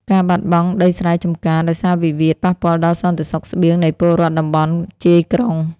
ការបាត់បង់ដីស្រែចម្ការដោយសារវិវាទ ប៉ះពាល់ដល់សន្តិសុខស្បៀងនៃពលរដ្ឋតំបន់ជាយក្រុង។